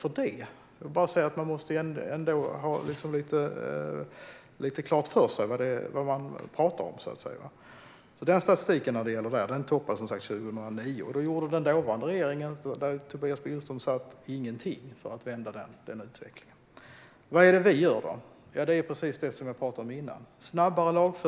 Jag vill bara säga att man ändå måste ha klart för sig vad man pratar om. Statistiken gällande detta toppar alltså 2009, och då gjorde den dåvarande regeringen, där Tobias Billström ingick, ingenting för att vända utvecklingen. Vad gör då vi? Det är precis det som jag pratade om innan: Det handlar om snabbare lagföring.